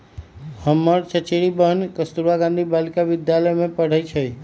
हमर चचेरी बहिन कस्तूरबा गांधी बालिका विद्यालय में पढ़इ छइ